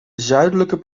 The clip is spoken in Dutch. zuidelijke